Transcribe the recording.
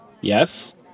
Yes